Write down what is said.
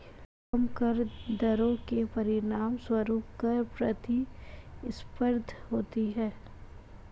कम कर दरों के परिणामस्वरूप कर प्रतिस्पर्धा होती है